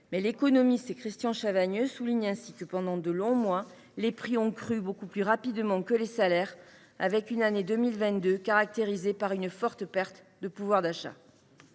%. L’économiste Christian Chavagneux souligne ainsi que, pendant de longs mois, les prix ont crû beaucoup plus rapidement que les salaires, l’année 2022 ayant été caractérisée par une forte perte de pouvoir d’achat.